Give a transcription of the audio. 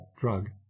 drug